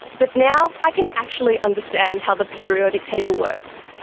but now i can actually understand how the periodic table works,